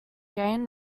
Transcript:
gained